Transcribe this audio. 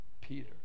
Peter